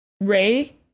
Ray